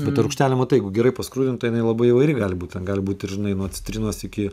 bet ta rūgštelė matai jeigu gerai paskrudinta jinai labai įvairi gali būt ten gali būt ir žinai nuo citrinos iki